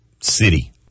city